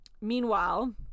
Meanwhile